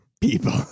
people